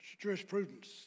jurisprudence